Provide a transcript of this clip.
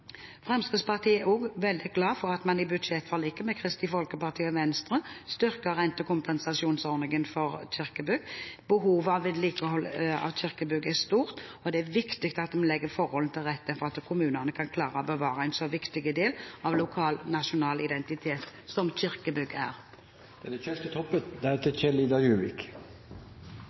Fremskrittspartiet er også veldig glade for at man i budsjettforliket med Kristelig Folkeparti og Venstre styrker rentekompensasjonsordningen for kirkebygg. Behovet for vedlikehold av kirkebygg er stort, og det er viktig at vi legger forholdene til rette for at kommunene kan klare å bevare en så viktig del av lokal og nasjonal identitet som kirkebygg er.